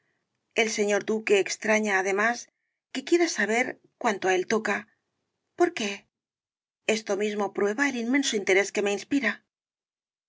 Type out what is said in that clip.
el señor duque extraña además que quiera saber cuanto á él i rosalía de castro toca por qué esto mismo prueba el inmenso interés que me inspira